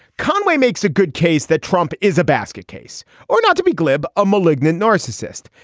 conway makes a good case that trump is a basket case or not to be glib a malignant narcissist.